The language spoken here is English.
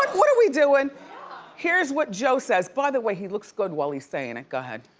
what are we doing? here is what joe says. by the way, he looks good while he's saying it, go ahead.